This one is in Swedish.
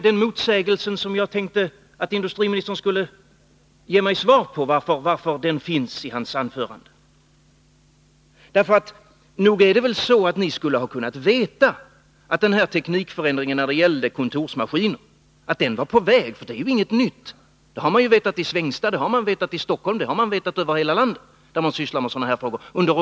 Den fråga som jag tänkte att industriministern skulle ge mig svar på var just varför denna motsägelse finns i hans anförande. Nog skulle ni ha kunnat veta att denna teknikförändring när det gäller kontorsmaskiner var på väg. Det är ju inget nytt — det har man under åtskilliga år vetat i Svängsta, i Stockholm och över hela landet, där man sysslar med sådana här frågor.